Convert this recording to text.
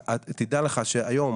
תדע לך שהיום,